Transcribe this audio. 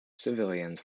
civilians